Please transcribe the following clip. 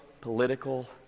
political